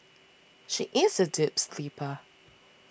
she is a deep sleeper